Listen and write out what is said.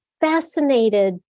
fascinated